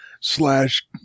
slash